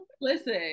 listen